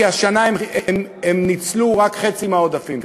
כי השנה הם ניצלו רק חצי מהעודפים.